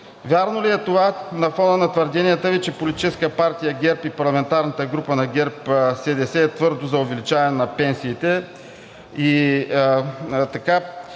Вярно ли е това на фона на твърденията Ви, че Политическа партия ГЕРБ и парламентарната група на ГЕРБ-СДС е твърдо за увеличаване на пенсиите?